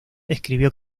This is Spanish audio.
escribió